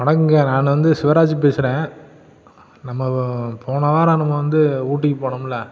வணக்கங்க நான் வந்து சிவராஜ் பேசுகிறேன் நம்ம போன வாரம் நம்ம வந்து ஊட்டிக்கு போனோம்ல